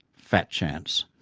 fat chance.